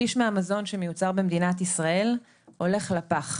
שליש מהמזון שמיוצר במדינת ישראל הולך לפח.